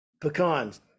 pecans